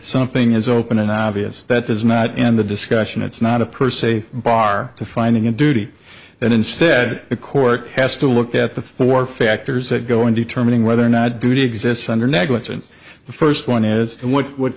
something is open and obvious that does not end the discussion it's not a per se bar to finding a duty that instead a court has to look at the four factors that go in determining whether or not duty exists under negligence the first one is what what